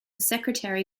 secretary